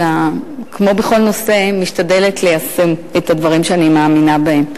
אלא כמו בכל נושא משתדלת ליישם את הדברים שאני מאמינה בהם.